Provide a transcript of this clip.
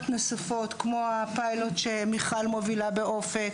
נוספות כמו הפיילוט שמיכל מובילה באופק.